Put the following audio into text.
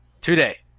today